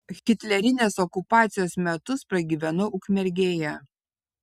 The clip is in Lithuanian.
hitlerinės okupacijos metus pragyvenau ukmergėje